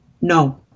no